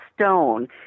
Stone